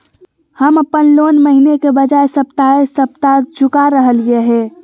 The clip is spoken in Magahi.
हम अप्पन लोन महीने के बजाय सप्ताहे सप्ताह चुका रहलिओ हें